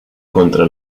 contra